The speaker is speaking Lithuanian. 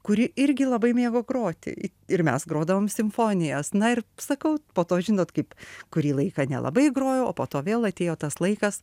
kuri irgi labai mėgo groti ir mes grodavom simfonijas na ir sakau po to žinot kaip kurį laiką nelabai grojau o po to vėl atėjo tas laikas